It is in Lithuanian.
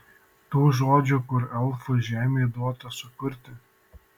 tų žodžių kur elfų žemei duota sukurti